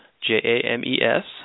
J-A-M-E-S